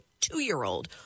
two-year-old